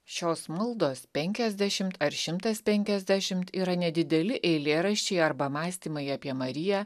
šios maldos penkiasdešim ar šimtas penkiasdešimt yra nedideli eilėraščiai arba mąstymai apie mariją